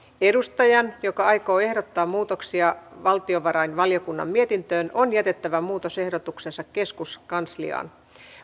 edustajan joka aikoo ehdottaa muutoksia valtiovarainvaliokunnan mietintöön on jätettävä muutosehdotuksensa keskuskansliaan